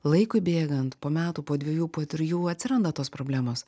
laikui bėgant po metų po dviejų po trijų atsiranda tos problemos